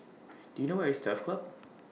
Do YOU know Where IS Turf Club